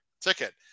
ticket